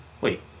Wait